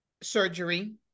surgery